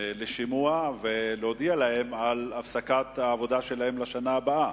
לשימוע ולהודיע להן על הפסקת העבודה שלהן לשנה הבאה?